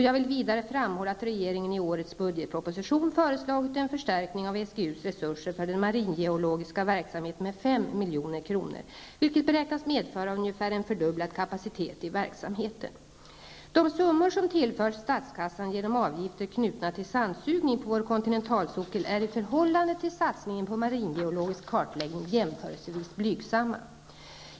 Jag vill vidare framhålla att regeringen i årets budgetproposition föreslagit en förstärkning av SGU:s resurser för den maringeologiska verksamheten med 5 milj.kr., vilket beräknas medföra ungefär en fördubblad kapacitet i verksamheten. De summor som tillförs statskassan genom avgifter knutna till sandsugning på vår kontinentalsockel är i förhållande till satsningen på maringeologisk kartläggning jämförelsevis blygsamma.